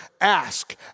Ask